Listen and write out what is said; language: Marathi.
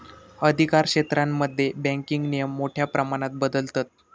अधिकारक्षेत्रांमध्ये बँकिंग नियम मोठ्या प्रमाणात बदलतत